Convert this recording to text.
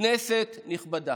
כנסת נכבדה,